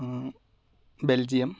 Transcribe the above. Belgium